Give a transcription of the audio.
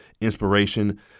inspiration